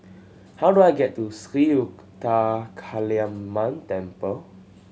how do I get to Sri Ruthra Kaliamman Temple